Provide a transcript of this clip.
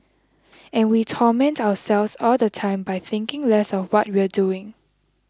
and we torment ourselves all the time by thinking less of what we're doing